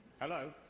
Hello